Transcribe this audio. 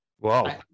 Wow